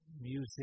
music